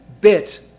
bit